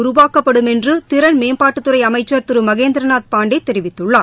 உருவாக்கப்படும் என்று திறன் மேம்பாட்டுத்துறை அமைச்சர் திரு மகேந்திரநாத் பாண்டே தெரிவித்துள்ளார்